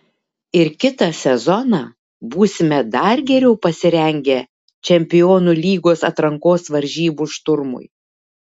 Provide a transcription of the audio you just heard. ir kitą sezoną būsime dar geriau pasirengę čempionų lygos atrankos varžybų šturmui